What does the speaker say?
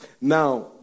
Now